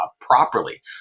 properly